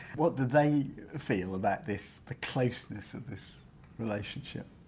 what do they feel about this closeness of this relationship?